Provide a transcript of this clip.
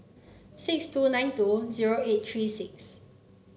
six two nine two zero eight three six